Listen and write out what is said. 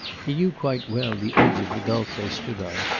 he knew quite well the edge of the gulf they stood on,